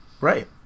Right